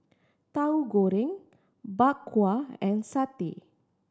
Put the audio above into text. Tahu Goreng Bak Kwa and satay